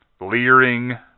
leering